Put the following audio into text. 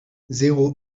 zéro